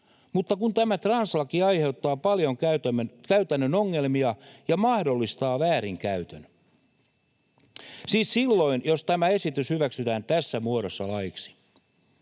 mutta tämä translaki aiheuttaa paljon käytännön ongelmia ja mahdollistaa väärinkäytön — siis silloin, jos tämä esitys hyväksytään tässä muodossa laiksi.